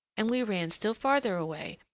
and we ran still farther away,